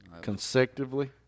consecutively